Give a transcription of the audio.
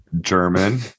german